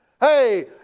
Hey